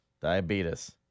Diabetes